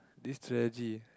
this strategy